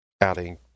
adding